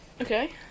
Okay